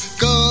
go